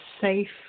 safe